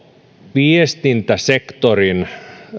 viestintäsektoriin